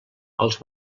els